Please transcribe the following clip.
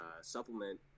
supplement